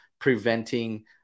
preventing